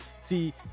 see